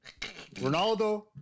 ronaldo